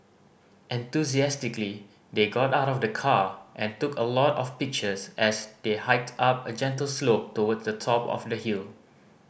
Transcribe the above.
enthusiastically they got out of the car and took a lot of pictures as they hiked up a gentle slope towards the top of the hill